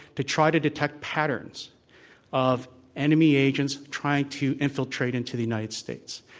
to try to de tect p atterns of enemy agents trying to infiltrate into the united states.